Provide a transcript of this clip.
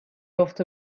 یافت